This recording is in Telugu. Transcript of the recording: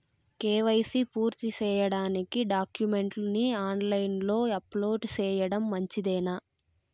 కే.వై.సి పూర్తి సేయడానికి డాక్యుమెంట్లు ని ఆన్ లైను లో అప్లోడ్ సేయడం మంచిదేనా?